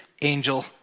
angel